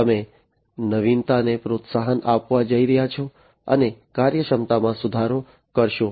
તમે નવીનતાને પ્રોત્સાહન આપવા જઈ રહ્યા છો અને કાર્યક્ષમતામાં સુધારો કરશો